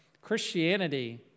Christianity